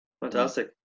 Fantastic